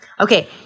Okay